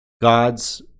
God's